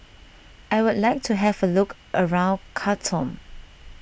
I would like to have a look around Khartoum